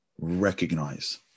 recognize